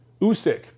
Usyk